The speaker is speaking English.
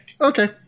Okay